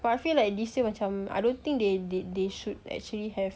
but I feel like this year macam I don't think they th~ they should actually have